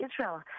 Israel